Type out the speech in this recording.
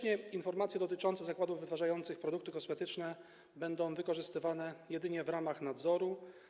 Informacje dotyczące zakładów wytwarzających produkty kosmetyczne będą wykorzystywane jedynie w ramach nadzoru.